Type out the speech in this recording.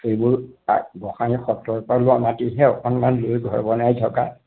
এইবোৰ তাত গোঁসানী সত্ৰৰপৰা লোৱা মাটিহে অকণমান লৈ ঘৰ বনাই থকা